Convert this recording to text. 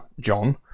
John